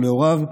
או להוריו,